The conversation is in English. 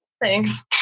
Thanks